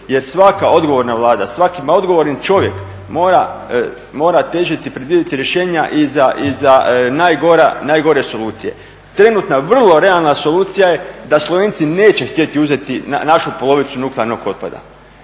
jer svaka odgovorna Vlada, svaki odgovorni čovjek mora težiti i predvidjeti rješenja i za najgora, najgore solucije. Trenutna vrlo realna solucija je da Slovenci neće htjeti uzeti našu polovicu nuklearnog otpada.